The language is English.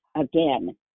Again